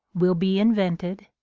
will be invented,